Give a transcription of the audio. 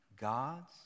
God's